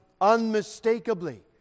unmistakably